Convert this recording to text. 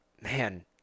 man